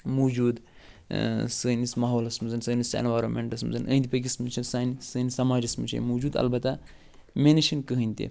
موٗجوٗد سٲنِس ماحولس منٛز سٲنِس اٮ۪نوارمٮ۪نٛٹس منٛز أندۍ پٔکۍ سانہِ سٲنِس سماجس منٛزچھِ یِم موٗجوٗد البتہ مےٚ نِش چھِنہٕ کٕہۭنۍ تہِ